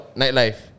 nightlife